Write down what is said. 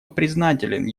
признателен